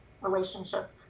relationship